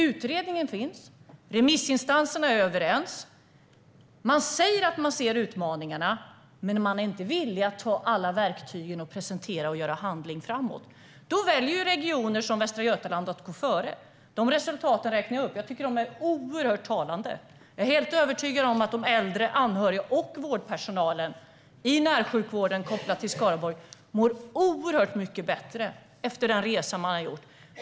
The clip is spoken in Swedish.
Utredningen finns, och remissinstanserna är överens. Man säger att man ser utmaningarna, men man är inte villig att använda alla verktyg för att handla framåt. Då väljer regioner som Västra Götaland att gå före. Jag räknade upp deras resultat, och jag tycker att de är oerhört talande. Jag är helt övertygad om att de äldre, anhöriga och vårdpersonalen i närsjukvården i Skaraborg mår oerhört mycket bättre efter den resa man där har gjort.